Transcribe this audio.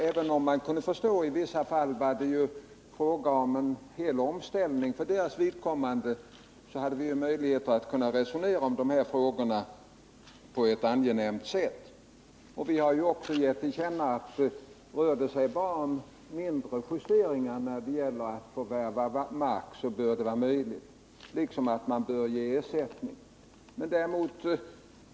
Även om det i vissa fall — som vi kunde förstå — var fråga om en stor omställning för deras vidkommande, hade vi möjlighet att resonera med dem om de här frågorna på ett angenämt sätt. Vi har också tillkännagett att om det bara rör sig om mindre justeringar bör sådana vara möjliga att göra, liksom att ersättningsmark givetvis skall lämnas.